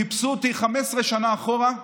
חיפשו אותי 15 שנה אחורה.